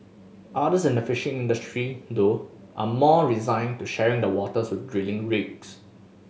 others in the fishing industry though are more resigned to sharing the waters with drilling rigs